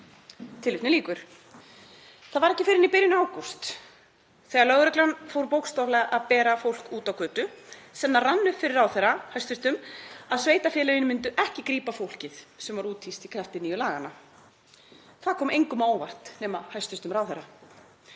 grípur fólk.“ Það var ekki fyrr en í byrjun ágúst, þegar lögreglan fór bókstaflega að bera fólk út á götu, sem það rann upp fyrir hæstv. ráðherra að sveitarfélögin myndu ekki grípa fólkið sem var úthýst í krafti nýju laganna. Það kom engum á óvart nema hæstv. ráðherra.